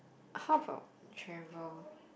how about travel